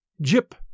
Jip